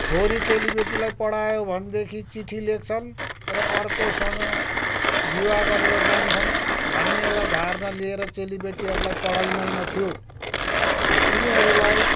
छोरी चेलीबेटीलाई पढायो भनेदेखि चिठी लेख्छन् र अर्कोसँग विवाह गरेर जान्छन् भन्ने एउटा धारणा लिएर चेलीबेटीहरूलाई पढाइँदैन थियो उनीहरूलाई